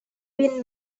been